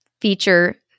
feature